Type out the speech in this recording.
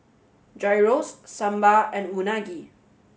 Gyros Sambar and Unagi